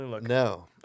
No